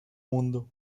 mundo